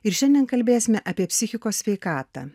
ir šiandien kalbėsime apie psichikos sveikatą